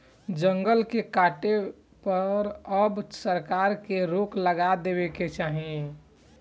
जंगल के काटे पर अब सरकार के रोक लगा देवे के चाही